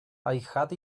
had